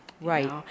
Right